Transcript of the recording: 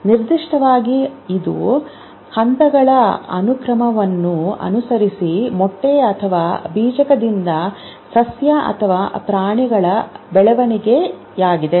ನಿರ್ದಿಷ್ಟವಾಗಿ ಇದು ಹಂತಗಳ ಅನುಕ್ರಮವನ್ನು ಅನುಸರಿಸಿ ಮೊಟ್ಟೆ ಅಥವಾ ಬೀಜಕದಿಂದ ಸಸ್ಯ ಅಥವಾ ಪ್ರಾಣಿಗಳ ಬೆಳವಣಿಗೆಯಾಗಿದೆ